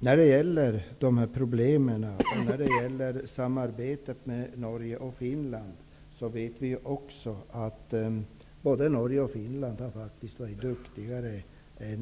När det gäller dessa problem och samarbetet med Norge och Finland vet vi också att både Norge och Finland har varit duktigare